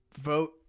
vote